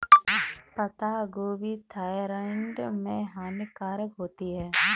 पत्ता गोभी थायराइड में हानिकारक होती है